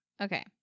Okay